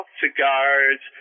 cigars